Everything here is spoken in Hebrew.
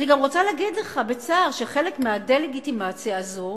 אני גם רוצה להגיד לך בצער שחלק מהדה-לגיטימציה הזו